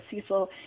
Cecil